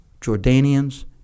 Jordanians